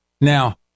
Now